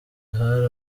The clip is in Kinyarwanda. hari